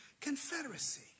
confederacy